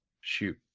shoot